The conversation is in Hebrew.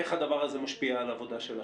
איך הדבר הזה משפיע על העבודה שלכם.